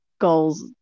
goals